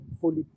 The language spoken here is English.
fully